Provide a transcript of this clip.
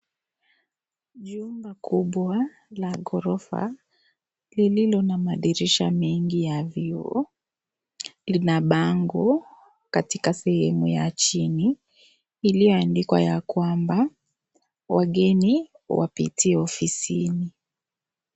Jumba kubwa ĺa gorofa lililo na madirisha mingi ya vioo lina bango katika sehemu ya chini iliyoandikwa ya kwamba wageni wapitie ofisini.